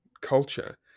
culture